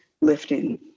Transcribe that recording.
lifting